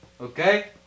Okay